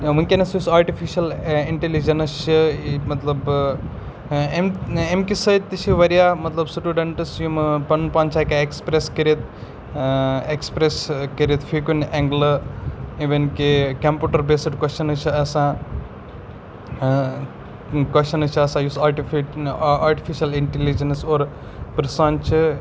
وٕنکٮ۪نَس یُس artificial intelligence چھِ مطلب ایٚمکہِ سۭتۍ تہِ چھِ واریاہ مطلب سٹوڈنٛٹٕس یِم پَنُن پان چھِ ہٮ۪کان اٮ۪کٕسپرٛیٚس کٔرِتھ اٮ۪کسپرٛیٚس کٔرِتھ فی کُنہِ اٮ۪نٛگلہٕ اِوٕن کہ کمپوٗٹَر بیسٕڈ کۄسچنٕز چھِ آسان کۄسچنٕز چھِ آسان یُس آرٹِفہِ آٹِفِشَل اِنٹٮ۪لِجَنٕس اور پرٛژھان چھِ